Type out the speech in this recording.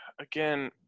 Again